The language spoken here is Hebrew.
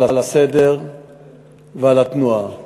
על הסדר ועל התנועה.